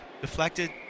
Deflected